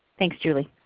thanks julie.